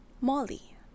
Molly